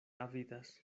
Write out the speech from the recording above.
avidas